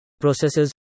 processes